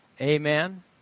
Amen